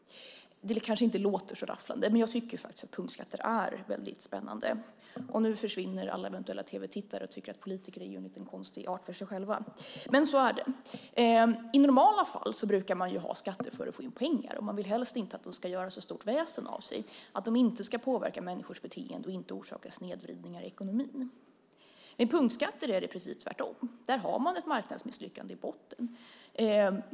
Det kanske inte låter så rafflande. Men jag tycker faktiskt att punktskatter är väldigt spännande. Och nu försvinner alla eventuella tv-tittare och tycker att politiker är en liten konstig art för sig själva. Men så är det. I normala fall brukar man ha skatter för att få in pengar. Man vill helst inte att de ska göra så stort väsen av sig. De ska inte påverka människors beteende och inte orsaka snedvridningar i ekonomin. Med punktskatter är det precis tvärtom. Där har man ett marknadsmisslyckande i botten.